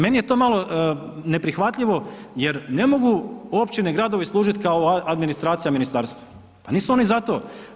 Meni je to malo neprihvatljivo jer ne mogu općine i gradovi služiti kao administracija ministarstvu, pa nisu oni za to.